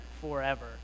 forever